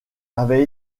avait